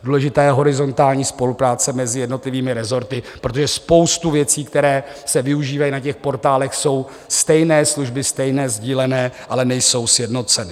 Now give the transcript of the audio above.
Důležitá je horizontální spolupráce mezi jednotlivými resorty, protože spousta věcí, které se využívají na těch portálech, jsou stejné služby, stejné sdílené, ale nejsou sjednocené.